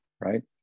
right